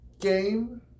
game